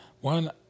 One